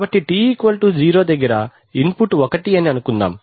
కాబట్టి t 0 దగ్గర input 1 అని అనుకుందాం